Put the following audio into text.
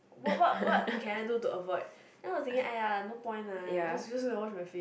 what what what can I do to avoid then was thinking !aiya! no point lah just just go wash my face